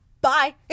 bye